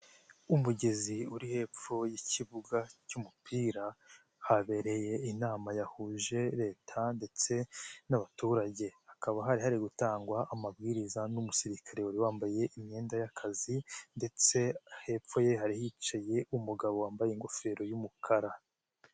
Umugezi uri hepfo y'ikibuga cy'umupira habereye inama yahuje leta ndetse n'abaturage, hakaba hari hari gutangwa amabwiriza n'umusirikare wari wambaye imyenda y'akazi ndetse hepfo ye hari hicaye umugabo wambaye ingofero y'umukara.